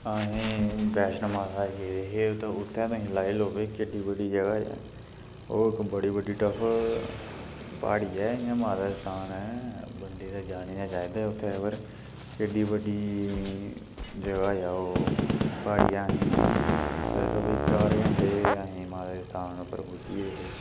अस वैष्णो माता गेदे हे ते उत्थें लाई लैओ कि केड्डी बड्डी जगह् ऐ ओह् इक बड़ी बड्डी टफ प्हाड़ी ऐ इ'यां माता दे स्थान ऐ गड्डी ते जानी ते चाहिदी उत्थें पर केड्डी बड्डी जगह् ऐ ओह् प्हाड़ी ऐ असें लाई लैओ कि चार घैंटे असें माता दे स्थान उप्पर पुज्जी गेदे है